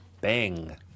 Bang